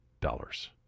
dollars